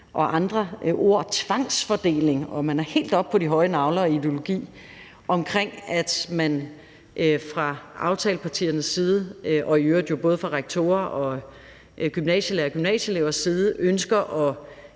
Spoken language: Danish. og andre ting som tvangsfordeling. Man var helt oppe på de høje nagler ideologisk set omkring, at man fra aftalepartiernes side og i øvrigt både fra rektorer og gymnasielærere og gymnasieelevers side ønsker at